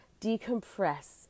decompress